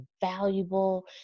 valuable